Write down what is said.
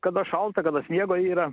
kada šalta kada sniego yra